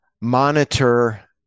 monitor